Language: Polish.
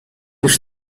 już